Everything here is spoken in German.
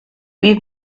wie